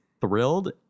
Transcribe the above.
thrilled